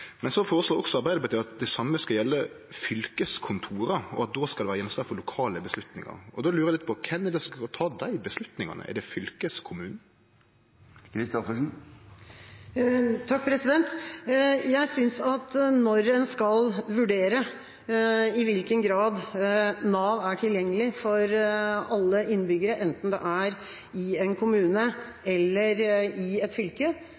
Men så føreslår Arbeidarpartiet at det same skal gjelde fylkeskontora, og at det òg skal vere gjenstand for lokale avgjerder. Då lurer eg litt på: Kven er det som skal ta dei avgjerdene: Er det fylkeskommunen? Jeg synes at når en skal vurdere i hvilken grad Nav er tilgjengelig for alle innbyggere, enten det er i en kommune eller i et fylke,